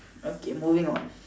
okay moving on